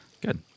Good